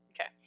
Okay